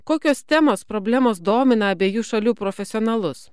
kokios temos problemos domina abiejų šalių profesionalus